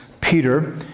peter